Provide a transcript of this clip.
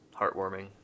heartwarming